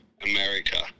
America